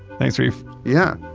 thanks, sharif yeah.